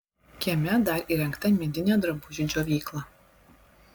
kieme dar įrengta medinė drabužių džiovykla